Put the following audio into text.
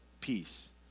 peace